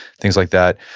things like that,